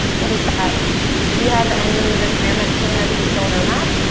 what is that you have any retirement plan as a digital nomad?